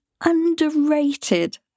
underrated